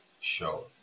Show